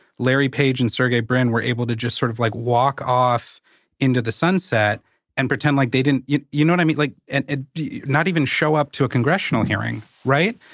larry page and sergey brin were able to just sort of like walk off into the sunset and pretend like they didn't you you know what i mean? like and ah not even show up to a congressional hearing, right?